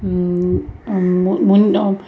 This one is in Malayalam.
മുന്നോ